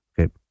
Okay